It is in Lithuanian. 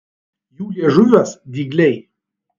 jų liežuviuos dygliai